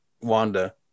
wanda